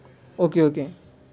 okay okay